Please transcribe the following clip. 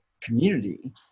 community